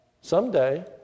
someday